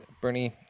Bernie